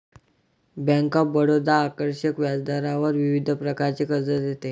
bank of Baroda आकर्षक व्याजदरावर विविध प्रकारचे कर्ज देते